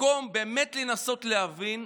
שבמקום לנסות להבין,